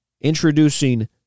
introducing